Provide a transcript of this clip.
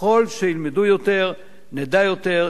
ככל שילמדו יותר נדע יותר,